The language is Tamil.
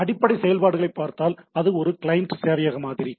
அடிப்படை செயல்பாடுகளைப் பார்த்தால் அது ஒரு கிளையன்ட் சேவையக மாதிரி